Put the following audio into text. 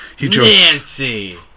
Nancy